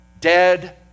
dead